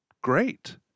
great